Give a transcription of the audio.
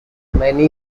many